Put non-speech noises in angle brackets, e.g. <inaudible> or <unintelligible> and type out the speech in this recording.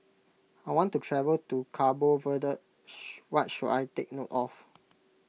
I want to travel to Cabo Verde <unintelligible> what should I take note of